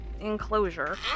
enclosure